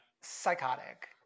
psychotic